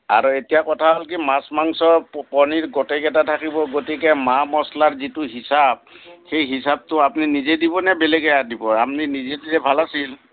আৰু এতিয়া কথা হ'ল কি মাছ মাংস পনীৰ গোটেইকেইটা থাকিব গতিকে মা মচলাৰ যিটো হিচাপ সেই হিচাপটো আপুনি নিজে দিব নে বেলেগে দিব আপনি নিজে দিলে ভাল আছিল